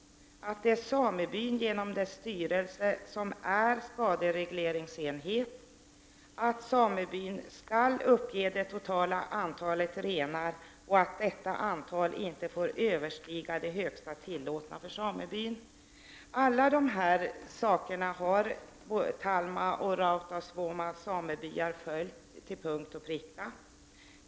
Det är samebyn som genom sin styrelse är skaderegleringsenhet. Samebyn skall uppge det totala antalet renar, och detta antal får inte överstiga det högsta tillåtna för samebyn. Talma och Rautasvuoma har följt alla dessa föreskrifter till punkt och pricka.